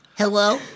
Hello